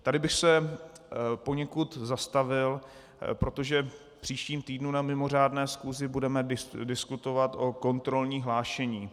Tady bych se poněkud zastavil, protože v příštím týdnu na mimořádné schůzi budeme diskutovat o kontrolním hlášení.